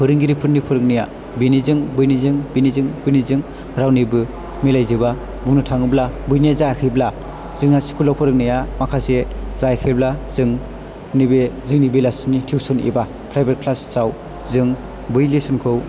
फोरोंगिरिफोरनि फोरोंनाया बेनिजों बैनिजों बिनिजों बैनिजों रावनिबो मिलायजोबा बुंनो थाङोबा बैना जायाखैब्ला जोंहा स्कुल आव फोरोंनाया माखासे जायाखैब्ला जों नैबे जोंनि बे बेलासिनि टिउसन एबा प्राइभेट क्लास आव जों बै लेसन खौ